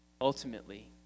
ultimately